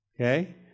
Okay